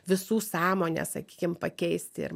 visų sąmonę sakykim pakeisti ir